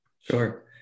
Sure